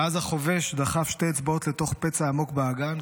ואז החובש דחף שתי אצבעות לתוך פצע עמוק באגן,